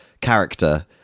character